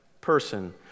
person